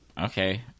Okay